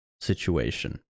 situation